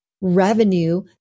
revenue